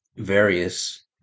various